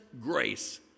grace